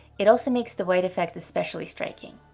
it also makes the white effect especially striking.